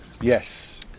Yes